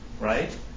Right